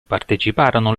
parteciparono